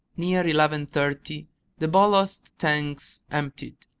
near eleven thirty the ballast tanks emptied,